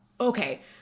okay